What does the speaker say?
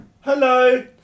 Hello